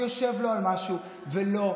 ולא.